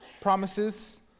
promises